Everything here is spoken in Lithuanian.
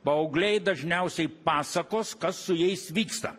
paaugliai dažniausiai pasakos kas su jais vyksta